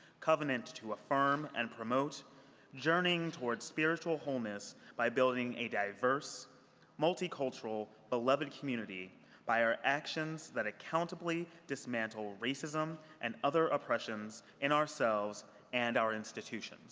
covenant to affirm and promote journeying toward spiritual wholeness by building a diverse multicultural beloved community by our actions that accountably dismantle racism and other oppressions in ourselves and our institutions.